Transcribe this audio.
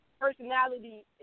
Personality